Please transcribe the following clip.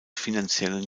finanziellen